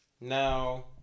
Now